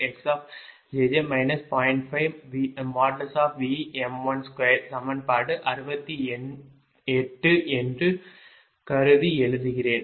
5Vm12 சமன்பாடு 68 என்று கருதி எழுதுகிறேன்